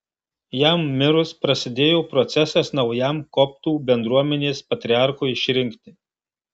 jam mirus prasidėjo procesas naujam koptų bendruomenės patriarchui išrinkti